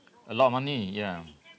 a lot of money ya